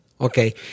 Okay